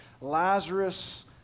Lazarus